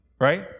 right